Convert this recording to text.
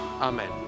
amen